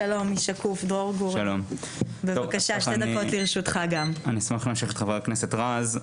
שלום, אני אשמח להמשיך את חבר הכנסת רז.